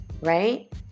right